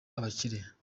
abakire